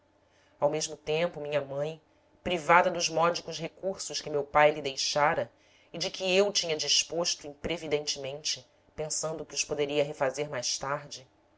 ao mesmo tempo minha mãe privada dos módicos recursos que meu pai lhe deixara e de que eu tinha disposto imprevidentemente pensando que os poderia refazer mais tarde